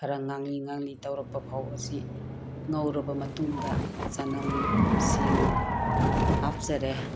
ꯈꯔ ꯉꯥꯡꯂꯤ ꯉꯥꯡꯂꯤ ꯇꯧꯔꯛꯄꯐꯥꯎ ꯑꯁꯤ ꯉꯧꯔꯕ ꯃꯇꯨꯡꯗ ꯆꯅꯝ ꯁꯤꯡ ꯍꯥꯞꯆꯔꯦ